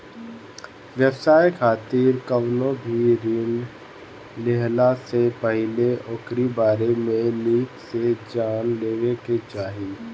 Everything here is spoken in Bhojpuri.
व्यवसाय खातिर कवनो भी ऋण लेहला से पहिले ओकरी बारे में निक से जान लेवे के चाही